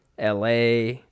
LA